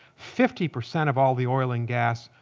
fifty percent of all the oil and gas,